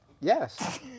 Yes